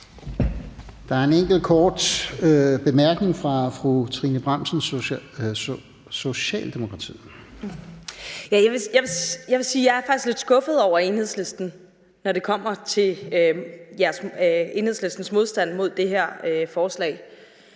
Der er en enkelt kort bemærkning fra fru Trine Bramsen, Socialdemokratiet. Kl. 11:55 Trine Bramsen (S): Jeg er faktisk lidt skuffet over Enhedslisten, når det kommer til Enhedslistens modstand mod det her forslag.